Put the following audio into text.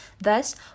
Thus